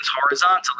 horizontally